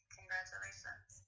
Congratulations